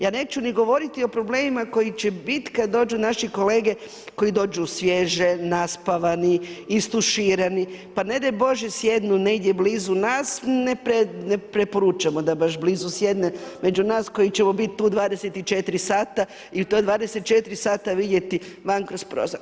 Ja neću ni govoriti o problemima koji će biti kada dođu naši kolege koji dođu svježiji, naspavani, istuširani, pa ne daj Bože sjednu negdje blizu nas, ne preporučamo da baš blizu sjedne među nas, koji ćemo biti tu 24 sata i to 24 sata vidjeti van kroz prozor.